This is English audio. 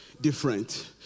different